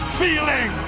feeling